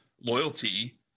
loyalty